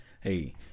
Hey